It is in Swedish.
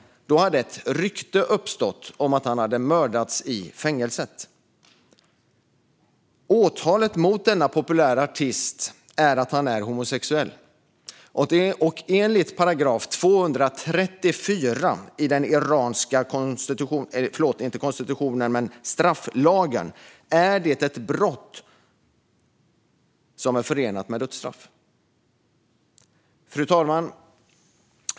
Då hade ett rykte uppstått om att han hade mördats i fängelset. Åtalet mot denna populära artist är att han är homosexuell. Enligt 234 § i den iranska strafflagen är det ett brott som är förenat med dödsstraff. Fru talman!